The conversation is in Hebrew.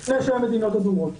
זה לפני שהיו מדינות אדומות.